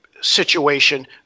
situation